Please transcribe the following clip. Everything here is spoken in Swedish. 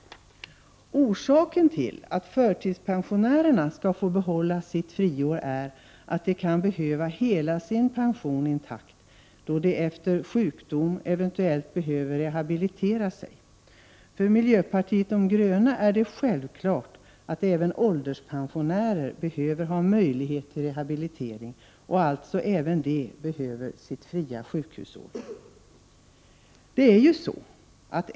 Orsaken till att förtidspensionärerna skall få behålla sitt friår är att de kan behöva ha hela sin pension intakt, då de efter sjukdom eventuellt måste rehabilitera sig. För miljöpartiet de gröna är det självklart att även ålderspensionärer skall ha möjlighet till rehabilitering och att även de alltså behöver sitt fria sjukhusår.